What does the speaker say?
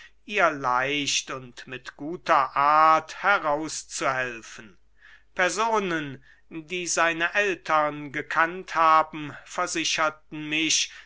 ihr leicht und mit guter art heraus zu helfen personen die seine ältern gekannt haben versicherten mich